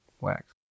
wax